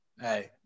hey